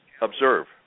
observe